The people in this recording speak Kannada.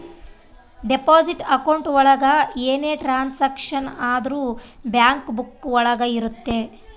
ಡೆಪಾಸಿಟ್ ಅಕೌಂಟ್ ಒಳಗ ಏನೇ ಟ್ರಾನ್ಸಾಕ್ಷನ್ ಆದ್ರೂ ಬ್ಯಾಂಕ್ ಬುಕ್ಕ ಒಳಗ ಇರುತ್ತೆ